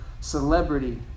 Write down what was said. celebrity